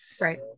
Right